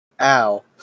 Ow